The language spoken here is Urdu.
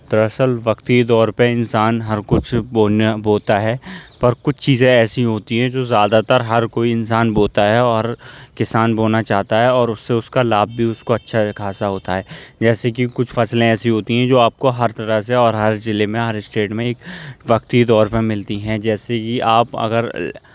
دراصل وقتی طور پہ انسان ہر کچھ بونا بوتا ہے پر کچھ چیزیں ایسی ہوتی ہیں جو زیادہ تر ہر کوئی انسان بوتا ہے اور کسان بونا چاہتا ہے اور اس سے اس کا لابھ بھی اس کو اچھا خاصا ہوتا ہے جیسے کہ کچھ فصلیں ایسی ہوتی ہیں جو آپ کو ہر طرح سے اور ہر ضلع میں ہر اسٹیٹ میں ایک وقتی طور پہ ملتی ہیں جیسے کہ آپ اگر